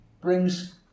brings